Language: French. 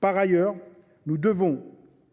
Par ailleurs, nous devrons,